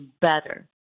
better